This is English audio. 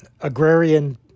agrarian